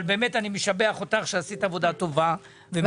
אבל באמת אני משבח אותך שעשית עבודה טובה ומצוינת.